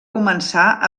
començar